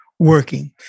Working